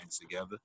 together